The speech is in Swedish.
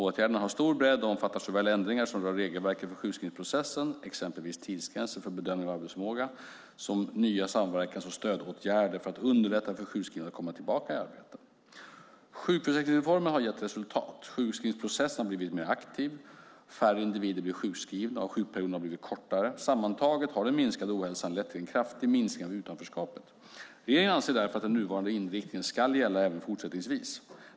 Åtgärderna har stor bredd och omfattar såväl ändringar som rör regelverket för sjukskrivningsprocessen, exempelvis tidsgränser för bedömning av arbetsförmåga, som nya samverkans och stödåtgärder för att underlätta för sjukskrivna att komma tillbaka i arbete. Sjukförsäkringsreformen har gett resultat. Sjukskrivningsprocessen har blivit mer aktiv. Färre individer blir sjukskrivna, och sjukperioderna har blivit kortare. Sammantaget har den minskade ohälsan lett till en kraftig minskning av utanförskapet. Regeringen anser därför att den nuvarande inriktningen ska gälla även fortsättningsvis.